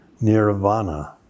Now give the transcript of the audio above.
Nirvana